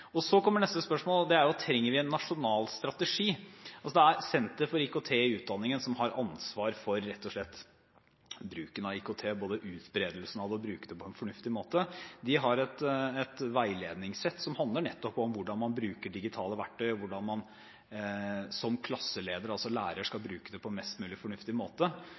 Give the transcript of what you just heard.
Så kommer neste spørsmål, og det er: Trenger vi en nasjonal strategi? Det er Senter for IKT i utdanningen som har ansvar for bruken av IKT, både utbredelsen av det og det å bruke det på en fornuftig måte. Senteret har et veiledningssett som handler nettopp om hvordan man bruker digitale verktøy, og om hvordan man som klasseleder, altså lærer, skal bruke det på mest mulig fornuftig måte.